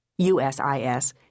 USIS